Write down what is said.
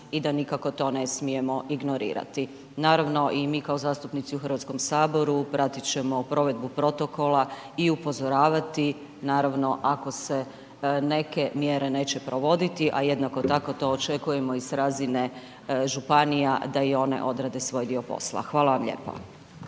i da nikako to ne smijemo ignorirati. Naravno i mi kao zastupnici u HS-u pratit ćemo provedbu protokola i upozoravati, naravno, ako se neke mjere neće provoditi, a jednako tako, to očekujemo i s razine županija da i one odrade svoj dio posla. Hvala vam lijepa.